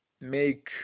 make